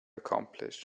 accomplish